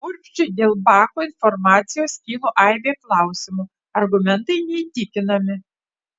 urbšiui dėl bako informacijos kilo aibė klausimų argumentai neįtikinami